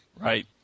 Right